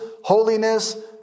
holiness